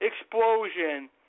explosion